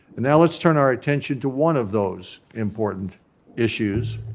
and now let's turn our attention to one of those important issues.